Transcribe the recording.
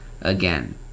again